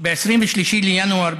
ב-23 בינואר,